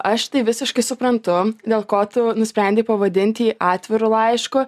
aš tai visiškai suprantu dėl ko tu nusprendei pavadint jį atviru laišku